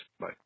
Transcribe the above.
Bye